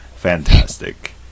Fantastic